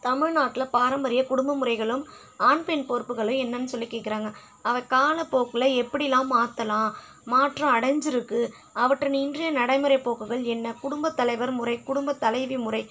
தமிழ்நாட்டில் பாரம்பரிய குடும்ப முறைகளும் ஆண் பெண் பொறுப்புகளும் என்னன்னு சொல்லி கேட்குறாங்க அவ காலப்போக்கில் எப்படில்லாம் மாற்றலாம் மாற்றம் அடஞ்சி இருக்கு அவற்றின் இன்றைய நடைமுறை போக்குகள் என்ன குடும்பத்தலைவர் முறை குடும்பத்தலைவி முறை